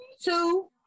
Two